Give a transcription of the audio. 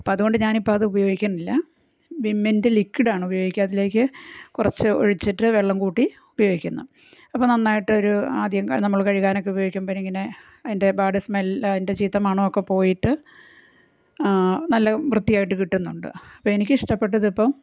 അപ്പതുകൊണ്ട് ഞാൻ ഇപ്പം അത് ഉപയോഗിക്കുന്നില്ല വിമ്മിൻ്റെ ലിക്വിഡ് ആണുപയോഗിക്കുക അതിലേക്ക് കുറച്ചു ഒഴിച്ചിട്ട് വെള്ളം കൂട്ടി ഉപയോഗിക്കുന്നു അപ്പം നന്നായിട്ടൊരു ആദ്യം നമ്മൾ കഴുകാനൊക്കെ ഉപയോഗിക്കുമ്പോൾ ഇങ്ങനെ അതിൻ്റെ ബാഡ് സ്മെൽ അതിൻ്റെ ചീത്ത മണമൊക്കെ പോയിട്ട് നല്ല വൃത്തിയായിട്ട് കിട്ടുന്നുണ്ട് അപ്പം എനിക്കിഷ്ടപ്പെട്ടത് ഇപ്പം